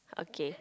okay